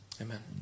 Amen